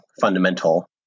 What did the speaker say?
fundamental